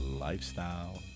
Lifestyle